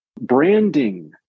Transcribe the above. Branding